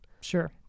Sure